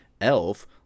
Elf